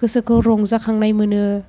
गोसोखौ रंजाखांनाय मोनो